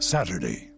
Saturday